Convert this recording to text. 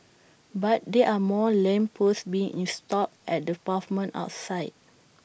but there are more lamp posts being installed at the pavement outside